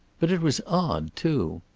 but it was odd, too.